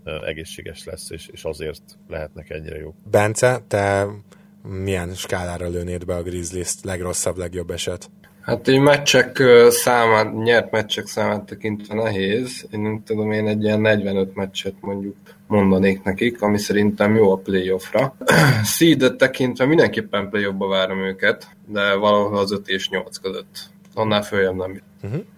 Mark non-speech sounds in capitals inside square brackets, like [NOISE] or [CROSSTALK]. Ö, egészséges lesz, és- és azért lehetnek ennyire jók. Bence, te milyen skálára lőnéd be a Grizzlies-t, legrosszabb, legjobb eset? Hát, így meccsek, ö, számá- nyert meccsek számát tekintve nehéz. Én nem tudom, én egy ilyen 45 meccset mondjuk mondanék nekik, ami szerintem jó a play-offra. [CLEARS THROAT] Seed-et tekintve mindenképpen play-offba várom őket, de valahol az öt és nyolc között. Annál följebb nem. Mhm.